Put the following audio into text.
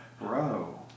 Bro